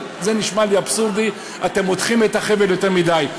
זה נשמע לי אבסורדי, אתם מותחים את החבל יותר מדי.